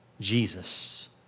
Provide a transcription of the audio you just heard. Jesus